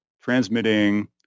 transmitting